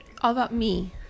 All-about-me